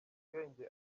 bwenge